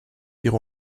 ihre